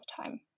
time